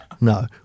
No